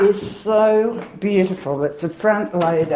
ah so beautiful. it's a front-loader,